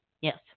Yes